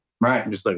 Right